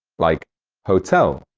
like hotel,